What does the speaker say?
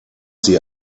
sie